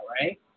right